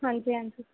ਹਾਂਜੀ ਹਾਂਜੀ